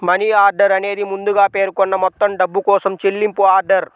money order అనేది ముందుగా పేర్కొన్న మొత్తం డబ్బు కోసం చెల్లింపు ఆర్డర్